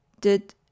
Did